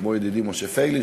כמו ידידי משה פייגלין,